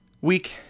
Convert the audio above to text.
week